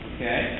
Okay